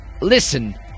listen